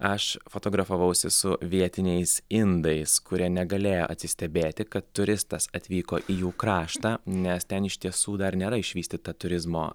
aš fotografavausi su vietiniais indais kurie negalėjo atsistebėti kad turistas atvyko jų kraštą nes ten iš tiesų dar nėra išvystyta turizmo